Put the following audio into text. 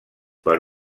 per